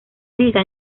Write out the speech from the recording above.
liga